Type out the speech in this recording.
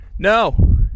No